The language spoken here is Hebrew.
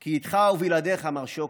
כי איתך ובלעדיך, מר שוקן,